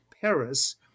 Paris